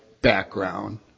background